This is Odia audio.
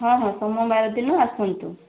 ହଁ ହଁ ସୋମବାର ଦିନ ଆସନ୍ତୁ